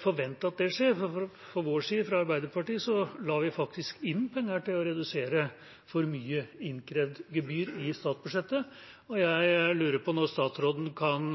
Fra Arbeiderpartiets side la vi inn penger til å redusere for mye innkrevd gebyr i statsbudsjettet, og jeg lurer på når statsråden kan